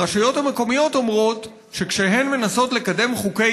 הרשויות המקומיות אומרות שכשהן מנסות לקדם חוקי